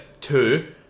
two